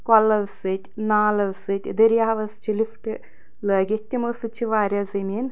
کۄلو سۭتۍ نالو ستۭۍ دٔریابَس چھِ لِفٹہٕ لٲگِتھ تِمَو سۭتۍ چھِ واریاہ زٔمیٖن